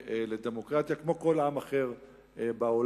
ולדמוקרטיה כמו כל עם אחר בעולם.